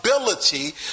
ability